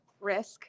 risk